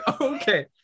Okay